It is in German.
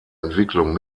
entwicklung